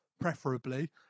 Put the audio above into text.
preferably